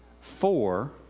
four